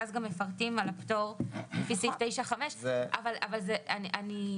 ואז גם מפרטים על הפטור לפי סעיף 9(5). אני פשוט